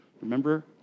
Remember